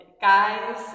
Guys